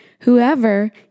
Whoever